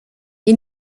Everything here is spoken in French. est